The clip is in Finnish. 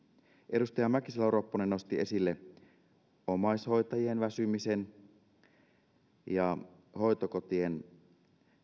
edustaja mäkisalo ropponen nosti esille omaishoitajien väsymisen hoitokotien